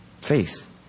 Faith